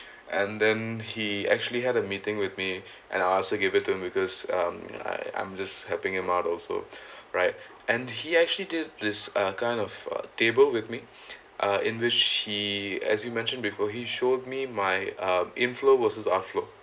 and then he actually had a meeting with me and I also give it to him because um I I'm just helping him out also right and he actually did this uh kind of a table with me uh and which he as you mentioned before he showed me my um inflow versus outflow